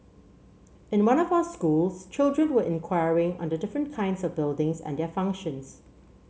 in one of our schools children were inquiring on the different kinds of buildings and their functions